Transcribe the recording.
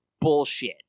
bullshit